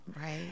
right